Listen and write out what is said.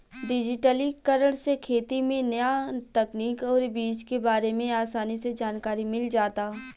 डिजिटलीकरण से खेती में न्या तकनीक अउरी बीज के बारे में आसानी से जानकारी मिल जाता